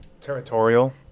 territorial